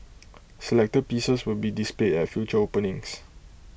selected pieces will be displayed at future openings